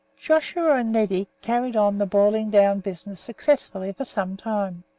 joshua and neddy carried on the boiling down business successfully for some time,